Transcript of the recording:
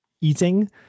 eating